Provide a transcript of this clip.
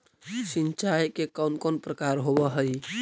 सिंचाई के कौन कौन प्रकार होव हइ?